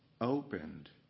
opened